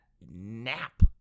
nap